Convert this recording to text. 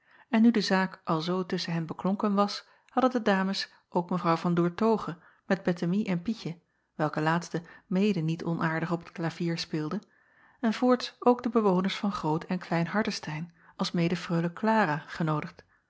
en nu de zaak alzoo tusschen hen beklonken was hadden de ames ook w an oertoghe met ettemie en ietje welke laatste mede niet onaardig op t klavier speelde en voorts ook de bewoners van root en lein ardestein alsmede reule lara genoodigd